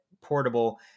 portable